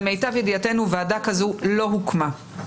למיטב ידיעתנו, ועדה כזו לא הוקמה.